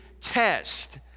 test